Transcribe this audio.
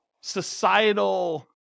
societal